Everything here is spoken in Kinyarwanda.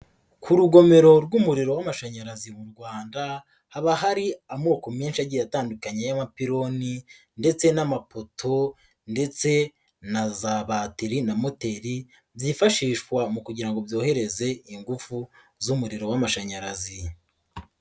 Ku rugomero rw'umuriro w'amashanyarazi mu Rwanda haba hari amoko menshi agiye atandukanye y'abapiloni, ndetse n'amapoto ndetse na za bateri na moteri, zifashishwa kugira ngo byohereze ingufu z'umuriro w'amashanyarazi.